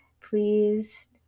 Please